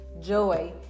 joy